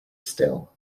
still